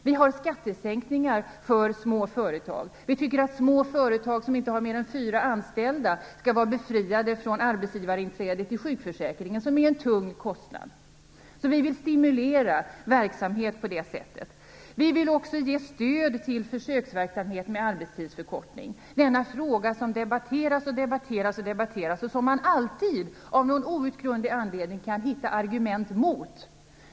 Vi har skattesänkningar för små företag. Vi tycker att små företag som inte har mer än fyra anställda skall vara befriade från arbetsgivarinträde till sjukförsäkringen, som är en tung kostnad. Vi vill stimulera verksamhet på det sättet. Vi vill också ge stöd till försöksverksamhet med arbetstidsförkortning. Denna fråga har debatterats och debatterats och debatterats, och av någon outgrundlig anledning kan man alltid hitta argument mot den.